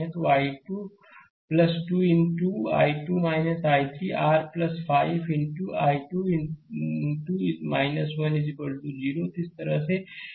तो I2 2 into I2 I3 r 5 into I2 into I1 0